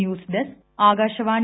news desk Akashvani